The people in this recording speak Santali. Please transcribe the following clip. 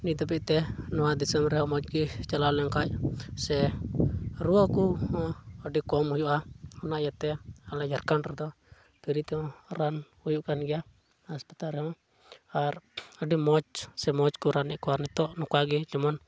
ᱱᱤᱛ ᱫᱷᱟᱹᱵᱤᱡᱽᱛᱮ ᱱᱚᱣᱟ ᱫᱤᱥᱚᱢ ᱨᱮ ᱦᱟᱸᱜ ᱢᱚᱡᱽ ᱜᱮ ᱪᱟᱞᱟᱣ ᱞᱮᱱᱠᱷᱟᱡ ᱥᱮ ᱨᱩᱣᱟᱹ ᱠᱚᱦᱚᱸ ᱟᱹᱰᱤ ᱠᱚᱢ ᱦᱩᱭᱩᱜᱼᱟ ᱚᱱᱟ ᱤᱭᱟᱹᱛᱮ ᱟᱞᱮ ᱡᱷᱟᱲᱠᱷᱚᱸᱰ ᱨᱮᱫᱚ ᱯᱷᱨᱤ ᱛᱮᱦᱚᱸ ᱨᱟᱱ ᱦᱩᱭᱩᱜ ᱠᱟᱱ ᱜᱮᱭᱟ ᱦᱟᱥᱯᱟᱛᱟᱞ ᱨᱮᱦᱚᱸ ᱟᱨ ᱟᱹᱰᱤ ᱢᱚᱡᱽ ᱥᱮ ᱢᱚᱡᱽ ᱠᱚ ᱨᱟᱱᱮᱫ ᱠᱚᱣᱟ ᱱᱚᱝᱠᱟ ᱜᱮ ᱡᱮᱢᱚᱱ